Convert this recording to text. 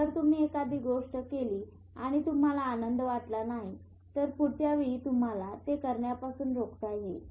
जर तुम्ही एखादी गोष्ट केलीत आणि तुम्हाला आनंद वाटला नाही तर पुढच्या वेळी तुम्हाला ते करण्यापासून रोखता येईल